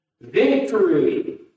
Victory